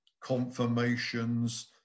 confirmations